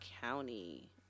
county